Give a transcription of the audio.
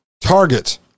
target